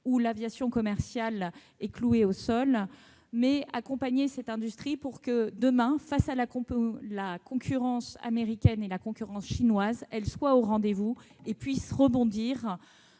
que l'aviation commerciale est clouée au sol. Il s'agit d'accompagner cette industrie pour que, demain, face à la concurrence américaine et chinoise, elle soit au rendez-vous et puisse rebondir.